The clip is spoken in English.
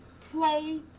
Play